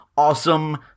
awesome